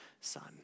son